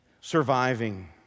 surviving